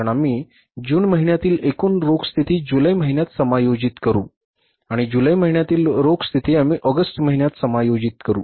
कारण आम्ही जून महिन्यातील एकूण रोख स्थिती जुलै महिन्यात समायोजित करू आणि जुलै महिन्यातील रोख स्थिती आम्ही ऑगस्ट महिन्यात समायोजित करू